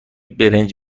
برنج